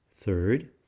Third